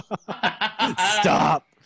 Stop